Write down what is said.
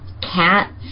cats